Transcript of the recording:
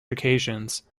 occasions